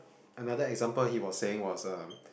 another example he was saying was um